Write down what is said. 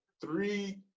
three